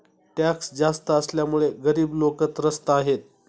tax जास्त असल्यामुळे गरीब लोकं त्रस्त आहेत